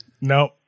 No